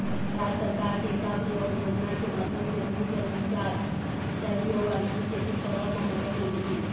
राज सरकार के हिसाब ले अउ योजना के माधियम ले, भू जल रिचार्ज, सिंचाई अउ आर्गेनिक खेती करब म मदद मिलही